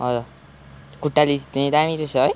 हजुर खुट्टाले थिच्ने दामी रहेछ है